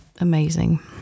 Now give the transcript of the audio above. amazing